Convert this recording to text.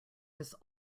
was